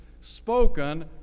spoken